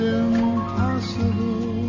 impossible